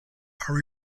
are